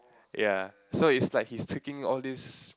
ya so it's like he's taking all these